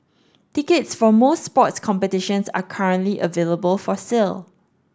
tickets for most sports competitions are currently available for sale